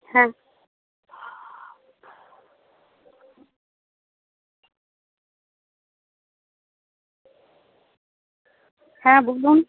হ্যাঁ হ্যাঁ বলুন